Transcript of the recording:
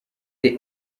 the